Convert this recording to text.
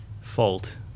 fault